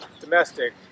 domestic